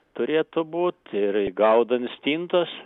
turėtų būt ir gaudant stintas